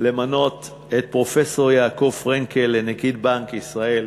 למנות את פרופסור יעקב פרנקל לנגיד בנק ישראל.